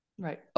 Right